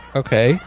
okay